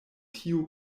tiu